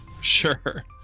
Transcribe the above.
Sure